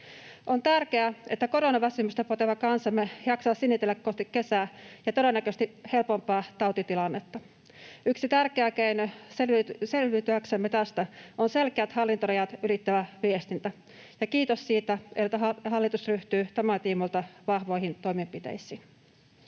On tärkeää, että koronaväsymystä poteva kansamme jaksaa sinnitellä kohti kesää ja todennäköisesti helpompaa tautitilannetta. Yksi tärkeä keino selviytyäksemme tästä on selkeä hallintorajat ylittävä viestintä, ja kiitos siitä, että hallitus ryhtyy tämän tiimoilta vahvoihin toimenpiteisiin.